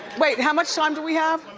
wait, how much time do we have?